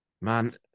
Man